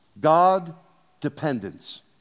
God-dependence